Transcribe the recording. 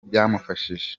byamufashije